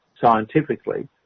scientifically